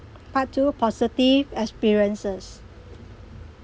part two positive experiences